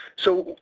so,